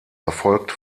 erfolgt